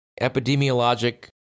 epidemiologic